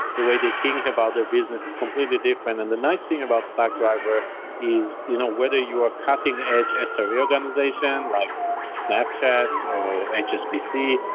the way they think about their business is completely different. and the nice thing about stackdriver is you know whether you are cutting-edge so sre organization, like snapchat, or hsbc,